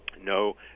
no